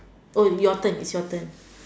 oh your turn it's your turn